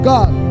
God